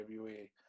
WWE